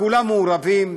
כולם מעורבים,